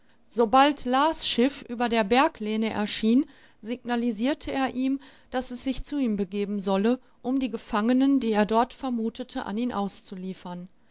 sobald las schiff über der berglehne erschien signalisierte er ihm daß es sich zu ihm begeben solle um die gefangenen die er dort vermutete an ihn auszuliefern